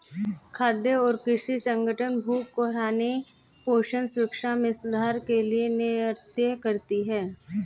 खाद्य और कृषि संगठन भूख को हराने पोषण सुरक्षा में सुधार के लिए नेतृत्व करती है